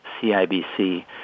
CIBC